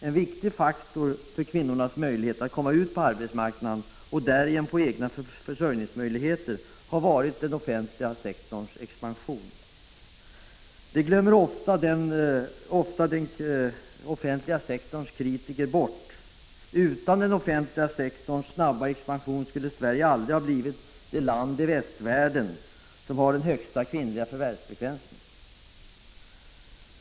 En viktig faktor för kvinnornas möjligheter att komma ut på arbetsmarknaden och därigenom få egna försörjningsmöjligheter har varit den offentliga sektorns expansion. Detta glömmer ofta den offentliga sektorns kritiker bort. Utan den offentliga sektorns snabba expansion skulle Sverige aldrig ha blivit det land i västvärlden som har den högsta kvinnliga förvärvsfrekvensen.